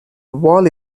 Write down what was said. wall